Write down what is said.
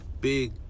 big